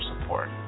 support